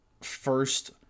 first